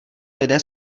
lidé